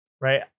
Right